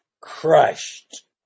crushed